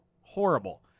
horrible